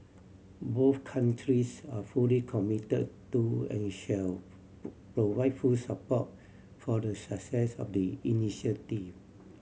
both countries are fully commit to and shall provide full support for the success of the initiative